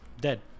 dead